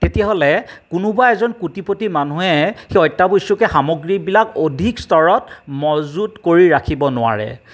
তেতিয়াহ'লে কোনোবা এজন কোটিপতি মানুহে সেই অত্যাৱশ্যকীয় সামগ্ৰীবিলাক অধিক স্তৰত মজুদ কৰি ৰাখিব নোৱাৰে